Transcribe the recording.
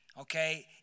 okay